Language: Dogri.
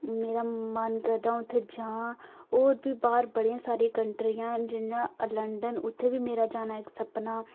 मेरा मन करदा उत्थै जां होर बी बाहर बड़ियां सारियां कंट्रियां ना जि'यां लंडन उत्थै बी में जाना इक सपना